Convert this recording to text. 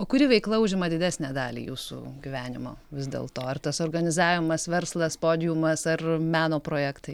o kuri veikla užima didesnę dalį jūsų gyvenimo vis dėlto ar tas organizavimas verslas podiumas ar meno projektai